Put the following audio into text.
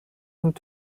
und